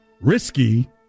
Risky